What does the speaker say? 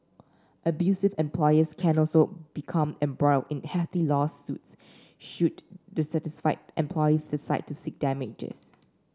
abusive employers can also become embroiled in hefty lawsuits should dissatisfied employees decide to seek damages